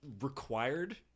required